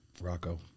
Rocco